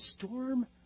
storm